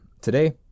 Today